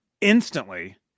instantly